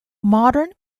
modern